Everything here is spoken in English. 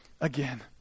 again